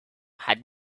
had